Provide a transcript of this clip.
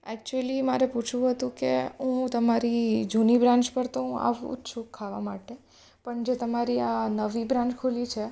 actually મારે પૂછવું હતું કે હું તમારી જૂની બ્રાન્ચ પર તો હું આવું જ છું ખાવા માટે પણ જે તમારી આ નવી બ્રાન્ચ ખૂલી છે